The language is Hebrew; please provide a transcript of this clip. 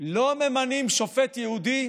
לא ממנים שופט יהודי